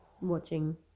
watching